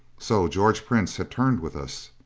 so george prince had turned with us.